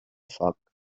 foc